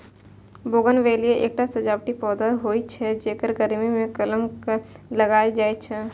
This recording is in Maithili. बोगनवेलिया एकटा सजावटी पौधा होइ छै, जेकर गर्मी मे कलम लगाएल जाइ छै